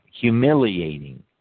humiliating